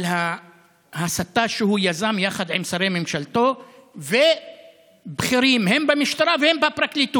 על ההסתה שהוא יזם יחד עם שרי ממשלתו ובכירים הן במשטרה והן בפרקליטות.